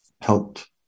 helped